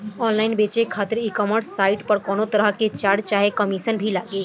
Online बेचे खातिर e commerce site पर कौनोतरह के चार्ज चाहे कमीशन भी लागी?